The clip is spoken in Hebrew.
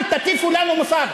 תתנהגו כאופוזיציה בכל הנושאים